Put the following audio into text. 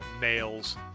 Nails